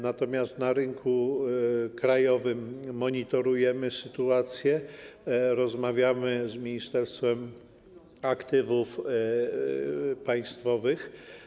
Natomiast na rynku krajowym monitorujemy sytuację, rozmawiamy z Ministerstwem Aktywów Państwowych.